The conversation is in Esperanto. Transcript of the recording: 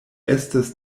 estas